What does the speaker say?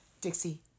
Dixie